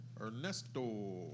Ernesto